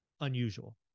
unusual